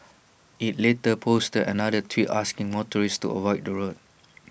IT later posted another tweet asking motorists to avoid the road